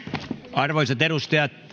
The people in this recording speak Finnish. arvoisat edustajat